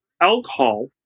alcohol